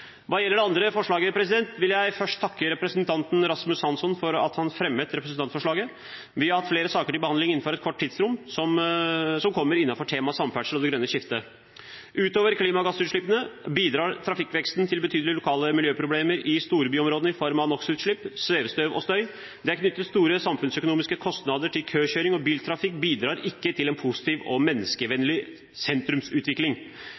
Hva gjelder det andre forslaget, vil jeg først takke representanten Rasmus Hansson for at han fremmet representantforslaget. Vi har hatt flere saker til behandling innenfor et kort tidsrom som kommer innenfor temaet samferdsel og det grønne skiftet. Utover klimagassutslippene bidrar trafikkveksten til betydelige lokale miljøproblemer i storbyområdene i form av NOX-utslipp, svevestøv og støy. Det er knyttet store samfunnsøkonomiske kostnader til køkjøring, og biltrafikk bidrar ikke til en positiv og menneskevennlig sentrumsutvikling.